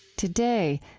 today,